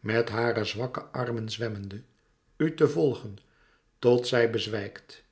met hare zwakke armen zwemmende u te volgen tot zij bezwijkt